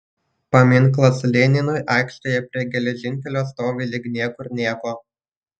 paminklas leninui aikštėje prie geležinkelio stovi lyg niekur nieko